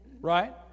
Right